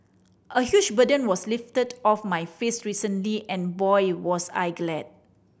a huge burden was lifted off my face recently and boy was I glad